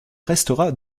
restera